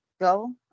Go